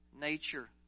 nature